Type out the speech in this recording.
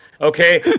okay